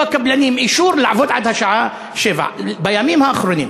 הקבלנים אישור לעבוד עד השעה 19:00. בימים האחרונים,